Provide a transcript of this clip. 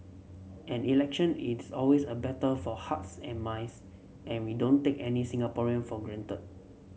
an election is always a battle for hearts and minds and we don't take any Singaporean for granted